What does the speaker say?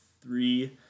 three